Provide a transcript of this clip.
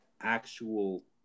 actual